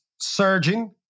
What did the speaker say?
surging